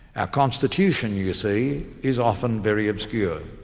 our constitution you see, is often very obscure.